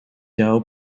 doe